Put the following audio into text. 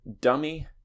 Dummy